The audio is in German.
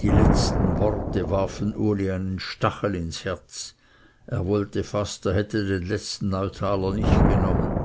die letzten worte warfen uli einen stachel ins herz er wollte fast er hätte den letzten neutaler nicht genommen